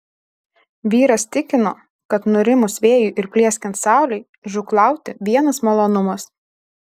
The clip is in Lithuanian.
vyras tikino kad nurimus vėjui ir plieskiant saulei žūklauti vienas malonumas